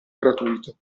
gratuito